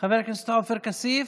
חבר הכנסת עופר כסיף,